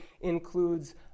includes